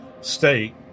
state